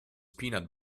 peanut